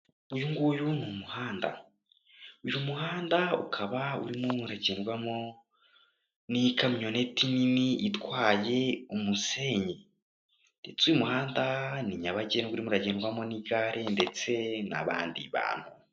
Uyu nguyu ni umuhanda, uyu muhanda ukaba urimo uragendwamo n'ikamyoneti nini itwaye umusenyi ndetse uyu muhanda ni nyabagendwa urimo uragendwamo n'igare ndetse n'abandi bantu.